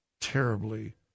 terribly